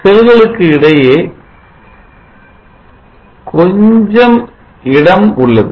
செல்களுக்கு இடையே கொஞ்சம் இடம் உள்ளது